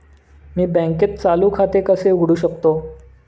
मी बँकेत चालू खाते कसे उघडू शकतो?